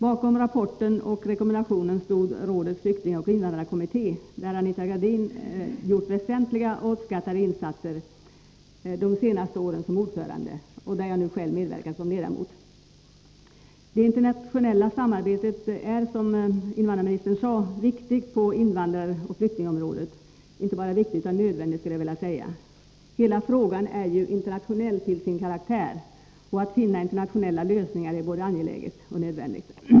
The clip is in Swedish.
Bakom rapporten och rekomendationen stod rådets flyktingoch invandrarkommitté, där Anita Gradin som ordförande gjort väsentliga och uppskattade insatser det senaste året, och där jag nu själv medverkar som ledamot. Det internationella samarbetet är som invandrarministern sade viktigt på invandraroch flyktingområdet. Det är inte bara viktigt utan nödvändigt. Hela frågan är ju internationell till sin karaktär, och det är både angeläget och nödvändigt att man finner internationella lösningar.